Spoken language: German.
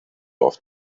oft